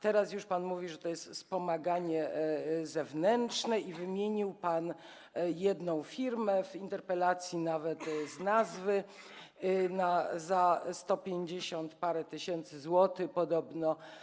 Teraz już pan mówi, że to jest wspomagane zewnętrznie i wymienił pan jedną firmę, w interpelacji nawet z nazwy, zatrudnioną za sto pięćdziesiąt parę tysięcy złotych podobno.